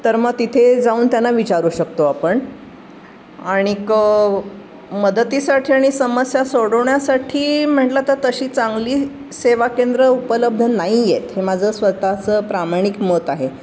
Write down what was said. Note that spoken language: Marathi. तर मग तिथे जाऊन त्यांना विचारू शकतो आपण आणिक मदतीसाठी आणि समस्या सोडवण्यासाठी म्हटलं तर तशी चांगली सेवा केंद्रं उपलब्ध नाही आहेत हे माझं स्वतःचं प्रामाणिक मत आहे